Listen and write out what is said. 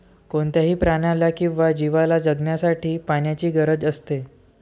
कोणत्याही प्राण्याला किंवा जीवला जगण्यासाठी पाण्याची गरज असते